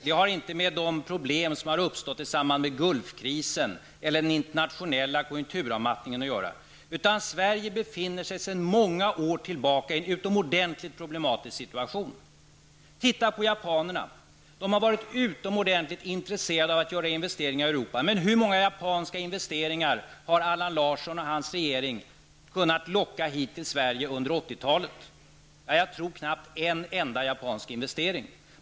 Det gäller inte problem som har uppstått i samband med Gulfkrisen eller den internationella konjunkturavmattningen. Sverige befinner sig sedan många år tillbaka i en utomordentligt problematisk situation. Titta på japanerna. De har varit utomordentligt intresserade av att göra investeringar i Europa. Men hur många japanska inversteingar har Allan Larsson och hans regering kunnat locka hit till Sverige under 80-talet? Jag tror knappt att det är en enda japansk investering.